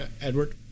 Edward